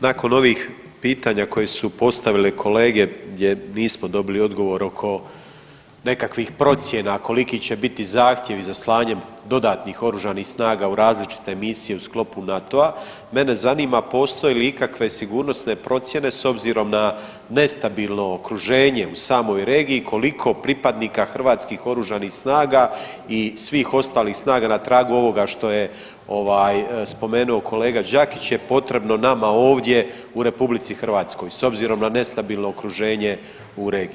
Nakon ovih pitanja koje su postavile kolege gdje nismo dobili odgovor oko nekakvih procjena koliki će biti zahtjevi za slanjem dodatnih oružanih snaga u različite misije u sklopu NATO-a, mene zanima postoje li ikakve sigurnosne procjene s obzirom na nestabilno okruženje u samoj regiji, koliko pripadnika hrvatskih Oružanih snaga i svih ostalih snaga, na tragu ovoga što je ovaj, spomenuo kolega Đakić je potrebno nama ovdje u RH, s obzirom na nestabilno okruženje u regiji?